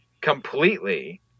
completely